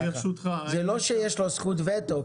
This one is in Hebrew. זה לא שיש לו זכות וטו.